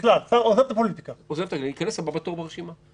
עוזב את הפוליטיקה --- ייכנס הבא בתור ברשימה.